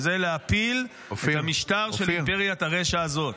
וזה להפיל את המשטר של אימפריית הרשע הזאת.